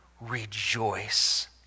rejoice